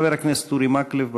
חבר הכנסת אורי מקלב,